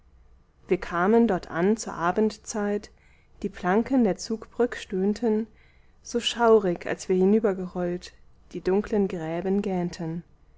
wir kamen dort an zur abendzeit die planken der zugbrück stöhnten so schaurig als wir hinübergerollt die dunklen gräben gähnten